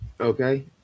Okay